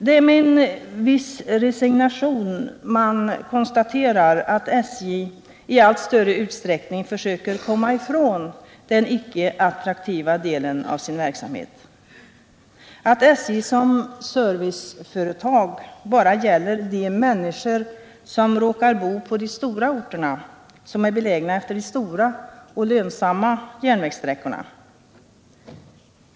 Det är med en viss resignation man konstaterar att SJ i allt större utsträckning försöker komma ifrån den icke attraktiva delen av sin verksamhet, att SJ som serviceföretag bara gäller de människor som råkar bo på de stora orterna, som är belägna utefter de stora och lönsamma järnvägssträckorna.